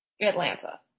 Atlanta